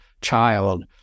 child